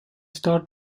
star